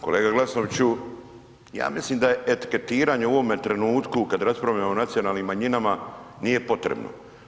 Kolega Glasnoviću, ja mislim da je etiketiranje u ovom trenutku kad raspravljamo o nacionalnim manjinama, nije potrebno.